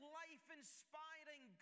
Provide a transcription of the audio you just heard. life-inspiring